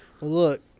Look